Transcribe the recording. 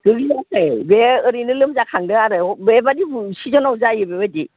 गोग्लैयाखै बे ओरैनो लोमजाखांदो आरो बेबायदि सिजोनाव जायो बेबायदि